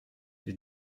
les